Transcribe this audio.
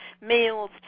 meals